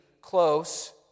close